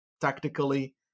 tactically